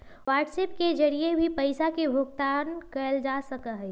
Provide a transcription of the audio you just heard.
WhatsApp के जरिए भी पैसा के भुगतान कइल जा सका हई